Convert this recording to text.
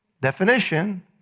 definition